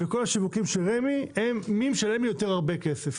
כל השיווקים של רמ"י מתבססים על מי משלם הרבה יותר כסף.